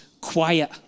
Quiet